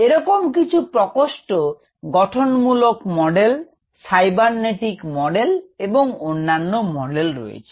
এরকম কিছু প্রকোষ্ঠ গঠনমূলক মডেল সাইবারনেটিক মডেল এবং অন্যান্য মডেল রয়েছে